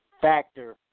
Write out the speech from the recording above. factor